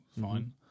fine